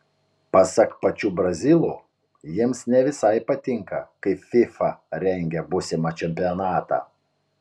pasak pačių brazilų jiems ne visai patinka kaip fifa rengia būsimą čempionatą